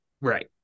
Right